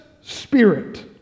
spirit